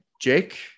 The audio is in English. Jake